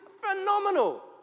phenomenal